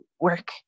work